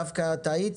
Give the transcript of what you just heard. דווקא טעית,